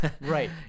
Right